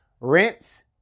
rinse